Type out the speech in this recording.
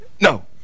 No